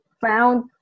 found